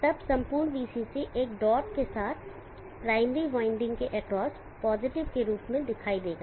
तब संपूर्ण VCC एक डॉट के साथ प्राइमरी वाइंडिंग के एक्रॉस पॉजिटिव के रूप में दिखाई देगा